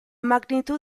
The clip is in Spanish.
magnitud